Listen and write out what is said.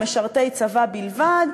למשרתי צבא בלבד.